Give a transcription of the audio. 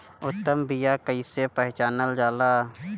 उत्तम बीया कईसे पहचानल जाला?